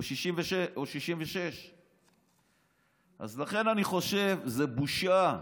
66. לכן אני חושב שזאת בושה,